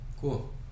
Cool